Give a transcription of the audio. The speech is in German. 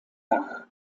bach